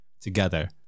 together